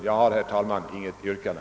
Jag har, herr talman, intet yrkande.